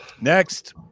next